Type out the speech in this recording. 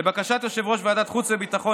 לבקשת יושב-ראש ועדת חוץ וביטחון,